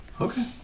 Okay